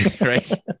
right